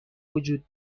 وجود